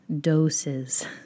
doses